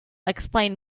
explain